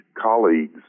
colleagues